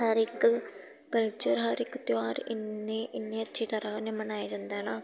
हर इक कल्चर हर इक तेहार इन्ने इन्नी अच्छी त'रा कन्नै मनाए जंदा ऐ ना